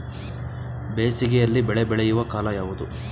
ಬೇಸಿಗೆ ಯಲ್ಲಿ ಬೆಳೆ ಬೆಳೆಯುವ ಕಾಲ ಯಾವುದು?